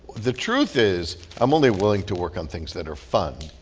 the truth is i'm only willing to work on things that are fun.